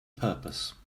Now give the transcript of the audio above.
purpose